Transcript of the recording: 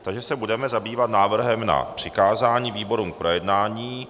Takže se budeme zabývat návrhem na přikázání výborům k projednání.